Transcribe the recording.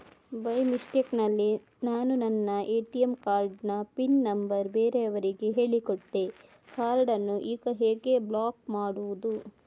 By mistake ನಲ್ಲಿ ನಾನು ನನ್ನ ಎ.ಟಿ.ಎಂ ಕಾರ್ಡ್ ನ ಪಿನ್ ನಂಬರ್ ಬೇರೆಯವರಿಗೆ ಹೇಳಿಕೊಟ್ಟೆ ಕಾರ್ಡನ್ನು ಈಗ ಹೇಗೆ ಬ್ಲಾಕ್ ಮಾಡುವುದು?